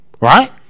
right